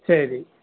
சரி